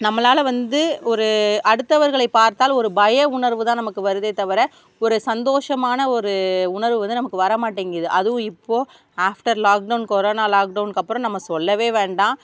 நம்மளால் வந்து ஒரு அடுத்தவர்களை பார்த்தால் ஒரு பய உணர்வு தான் நமக்கு வருதே தவிர ஒரு சந்தோஷமான ஒரு உணர்வு வந்து நமக்கு வர மாட்டேங்கிது அதுவும் இப்போது ஆஃப்டர் லாக்டவுன் கொரோனா லாக்டவுன்கப்புறம் நம்ம சொல்லவே வேண்டாம்